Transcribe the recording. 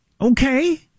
Okay